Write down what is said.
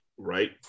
Right